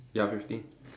ya fifteen